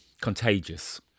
contagious